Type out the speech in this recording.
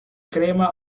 crema